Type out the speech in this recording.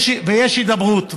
יש הידברות,